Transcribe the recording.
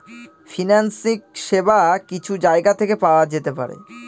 financing সেবা কিছু জায়গা থেকে পাওয়া যেতে পারে